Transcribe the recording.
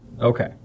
Okay